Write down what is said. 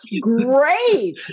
great